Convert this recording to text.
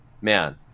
man